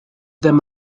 ddim